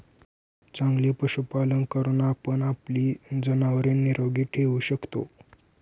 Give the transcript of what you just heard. चांगले पशुपालन करून आपण आपली जनावरे निरोगी ठेवू शकतो